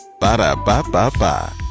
Ba-da-ba-ba-ba